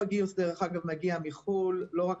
אנחנו גם נדע להגיד תודה אבל לא תודה.